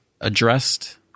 addressed